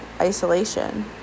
isolation